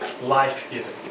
life-giving